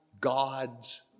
God's